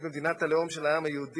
במדינת הלאום של העם היהודי,